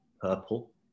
purple